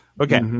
Okay